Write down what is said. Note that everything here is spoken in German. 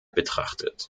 betrachtet